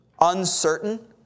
uncertain